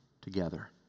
together